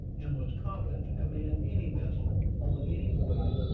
and was competent to command any vessel, on any voyage,